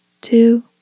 two